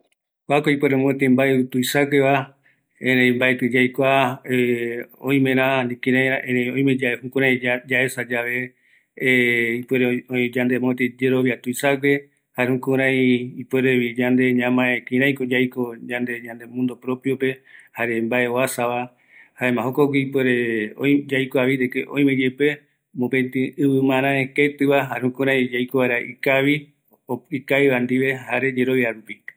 ﻿Kuako ipuere mopeti mbaiu tuisagueva, erei mbaeti yaikua oime, ani kiraira, erei oime yave jukurai yaesa yave ipuere oï mopeti yerovia tuisague, jare jukurai ipuerevi yande ñamae, kiraiko yako yande mundo propiope, jare mbae oasava, jaema jokogui ipuere yaikuavi de que oimeyepe mopeti ivi marae ketivara, jare jukurai yaiko vaera ikavi ikaviva ndive jare yerovia rupi